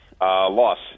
loss